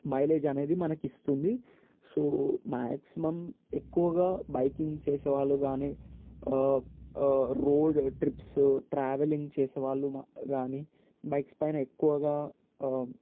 mileage అనేది మనకి ఇస్తుంది సో మాక్సిమం ఎక్కువగా బైకింగ్ చేసే వాళ్ళు కానీ రోడ్ ట్రిప్స్ ట్రావెలింగ్ చేసే వాళ్ళు కాని బైక్స్ పైన ఎక్కువగా